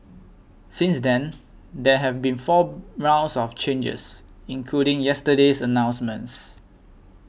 since then there have been four rounds of changes including yesterday's announcements